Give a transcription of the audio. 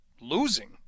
losing